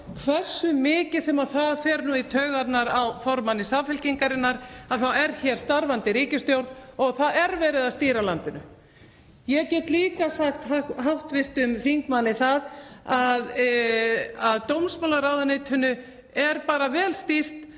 Hversu mikið sem það fer í taugarnar á formanni Samfylkingarinnar er hér starfandi ríkisstjórn og það er verið að stýra landinu. Ég get líka sagt hv. þingmanni það að dómsmálaráðuneytinu er bara vel stýrt